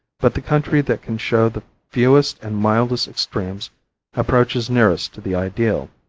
but the country that can show the fewest and mildest extremes approaches nearest to the ideal.